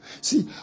See